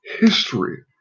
history